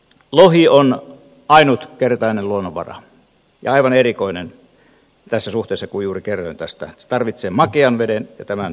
lohi on ainutkertainen luonnonvara ja aivan erikoinen tässä suhteessa kuin juuri kerroin että se tarvitsee makean veden ja tämän suolaisen veden